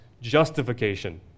justification